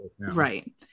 right